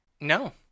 No